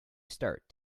start